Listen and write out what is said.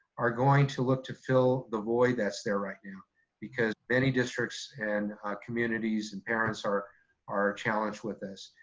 are going to look to fill the void that's there right now because many districts and communities and parents are are challenged with this.